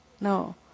No